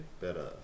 Better